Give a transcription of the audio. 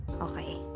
okay